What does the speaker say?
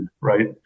right